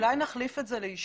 אולי נחליף את זה לאישור?